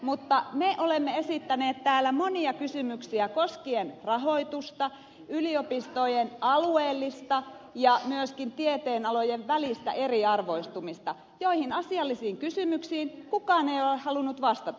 mutta me olemme esittäneet täällä monia kysymyksiä koskien rahoitusta yliopistojen alueellista ja myöskin tieteenalojen välistä eriarvoistumista joihin asiallisiin kysymyksiin kukaan ei ole halunnut vastata